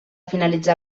finalitzar